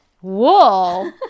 Whoa